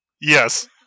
Yes